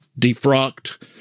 defrocked